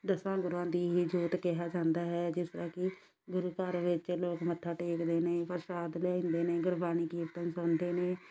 ਦਸਾਂ ਗੁਰੂਆਂ ਦੀ ਹੀ ਜੋਤ ਕਿਹਾ ਜਾਂਦਾ ਹੈ ਜਿਸ ਤਰ੍ਹਾਂ ਕਿ ਗੁਰੂ ਘਰ ਵਿੱਚ ਲੋਕ ਮੱਥਾ ਟੇਕਦੇ ਨੇ ਪ੍ਰਸ਼ਾਦ ਲੈਂਦੇ ਨੇ ਗੁਰਬਾਣੀ ਕੀਰਤਨ ਸੁਣਦੇ ਨੇ